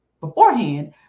beforehand